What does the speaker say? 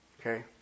Okay